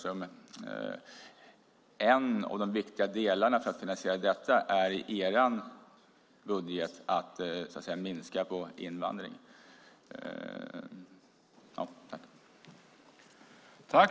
Är en av de viktiga delarna för att finansiera detta i er budget att minska invandringen?